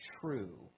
true